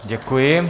Děkuji.